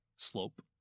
Slope